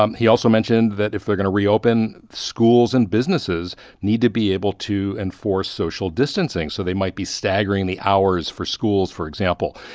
um he also mentioned that if they're going to reopen, schools and businesses need to be able to enforce social distancing, so they might be staggering the hours for schools, for example.